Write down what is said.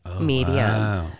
medium